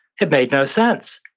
it made no sense,